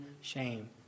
shame